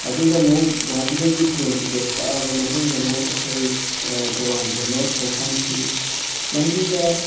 ꯑꯗꯨꯒ ꯑꯃꯨꯛ ꯒꯧꯍꯥꯇꯤꯗꯒꯤ ꯇ꯭ꯔꯦꯟ ꯇꯤꯀꯦꯠ ꯀꯛꯑꯕ ꯃꯇꯨꯡꯗ ꯑꯃꯨꯛ ꯑꯩꯈꯣꯏ ꯒꯣꯋꯥꯒꯤꯗꯃꯛ ꯈꯣꯡꯁꯥꯟꯈꯤ ꯂꯝꯕꯤꯗ